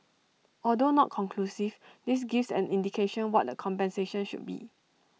although not conclusive this gives an indication what the compensation should be